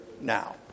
now